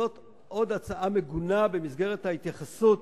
זו עוד הצעה מגונה במסגרת ההתייחסות